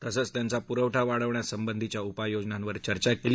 तसंच त्यांचा पुरवठा वाढवण्यासंबंधीच्या उपाययोजनांवर चर्चा केली